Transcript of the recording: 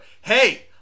hey